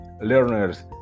learners